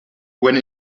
when